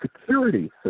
security